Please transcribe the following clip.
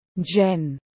Jen